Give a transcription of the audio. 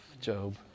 Job